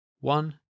One